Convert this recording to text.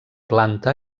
planta